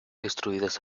destruidas